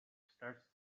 starts